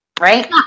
right